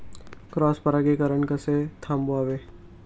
Cross परागीकरण कसे थांबवावे?